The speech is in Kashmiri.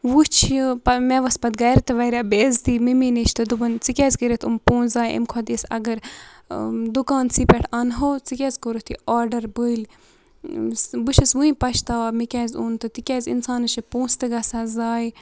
وٕچھ یہِ مےٚ وَژھ پتہٕ گَرِ تہِ واریاہ بےٚ عزتی مٕمی نِش تہٕ دٚوپُن ژےٚ کیازِ کٔرِتھ یِم پونٛسہٕ ذایعہٕ امہِ کھۄتہٕ دیٖزِ اگر دُکانسٕے پٮ۪ٹھ اَنہو ژےٚ کیازِ کوٚرُتھ یہِ آرڈَر بٕلۍ بہٕ چھس وٕنہِ پَچھتاوان مےٚ کیازِ اوٚن تِکیازِ انسانَس چھِ پونٛسہٕ تہِ گَژھان ذایعہٕ